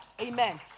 Amen